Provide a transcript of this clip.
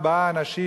ארבעה אנשים,